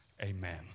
Amen